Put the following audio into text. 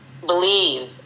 believe